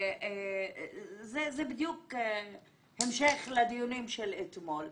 זה בדיוק המשך לדיונים של אתמול.